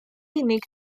unig